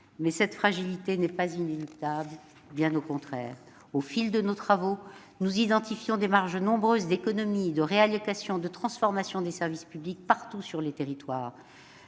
mais cette fragilité n'est pas inéluctable, bien au contraire. Au fil de nos travaux, nous identifions des marges nombreuses d'économies, de réallocations, de transformations des services publics, partout sur les territoires.